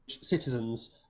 citizens